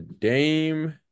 Dame